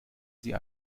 sie